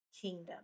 kingdom